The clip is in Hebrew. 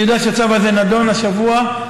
אני יודע שהצו הזה נדון השבוע.